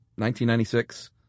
1996